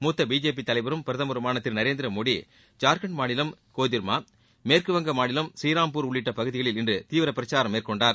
மூத்த பிஜேபி தலைவரும் பிரதமருமான திரு நரேந்திரமோடி ஜார்க்கண்ட் மாநிலம் கோதிர்மா மேற்குவங்க மாநிலம் ஸ்ரீராம்பூர் உள்ளிட்ட பகுதிகளில் இன்று தீவிர பிரச்சாரம் மேற்கொண்டார்